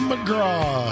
McGraw